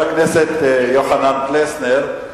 אני מזמין את חבר הכנסת יוחנן פלסנר.